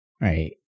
right